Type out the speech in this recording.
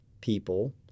people